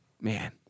man